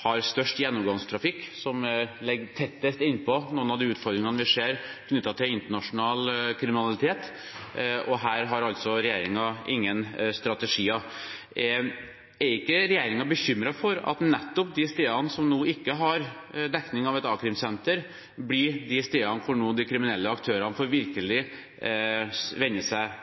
har størst gjennomgangstrafikk, og som ligger tettest innpå noen av de utfordringene vi ser knyttet til internasjonal kriminalitet. Her har altså regjeringen ingen strategier. Er ikke regjeringen bekymret for at nettopp de stedene som ikke er dekket av et a-krimsenter, blir de stedene som de kriminelle aktørene virkelig vender seg